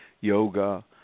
yoga